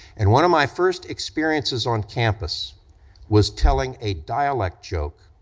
and one of my first experiences on campus was telling a dialect joke,